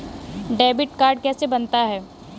Debit card कैसे बनता है?